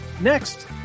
Next